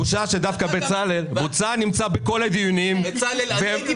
בושה שדווקא בצלאל נמצא בכל הדיונים ומתעסק